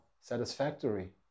satisfactory